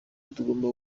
tugomba